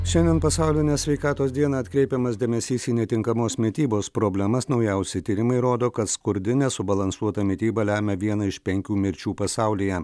šiandien pasaulinę sveikatos dieną atkreipiamas dėmesys į netinkamos mitybos problemas naujausi tyrimai rodo kad skurdi nesubalansuota mityba lemia vieną iš penkių mirčių pasaulyje